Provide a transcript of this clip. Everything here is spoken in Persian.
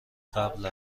قبل